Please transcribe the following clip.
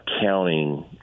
counting